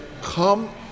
Come